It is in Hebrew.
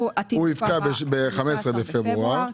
הוא יפקע ב-15 בפברואר.